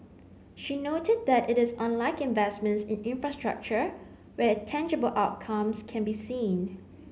she noted that it is unlike investments in infrastructure where tangible outcomes can be seen